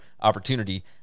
opportunity